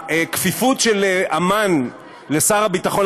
הכפיפות של אמ"ן לשר הביטחון,